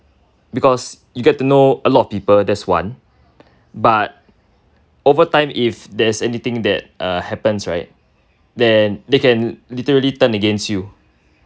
because you get to know a lot of people that's one but over time if there's anything that uh happens right then they can literally turn against you